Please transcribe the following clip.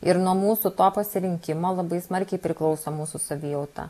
ir nuo mūsų to pasirinkimo labai smarkiai priklauso mūsų savijauta